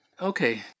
Okay